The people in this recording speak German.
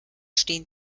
stehen